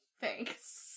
Thanks